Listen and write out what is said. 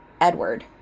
Edward